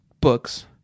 books